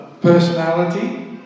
personality